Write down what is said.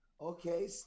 Okay